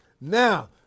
Now